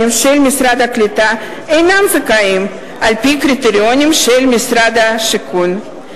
של משרד הקליטה אינם זכאים על-פי הקריטריונים של משרד השיכון.